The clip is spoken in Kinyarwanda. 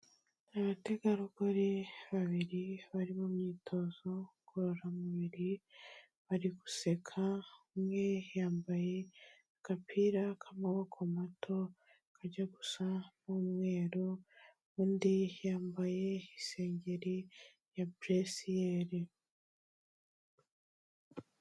Abategarugori babiri bari mu myitozo ngororamubiri bari guseka, umwe yambaye agapira k'amaboko mato kajya gusa n'umweru, undi yambaye isengeri ya buresiyeri.